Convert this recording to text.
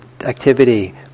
activity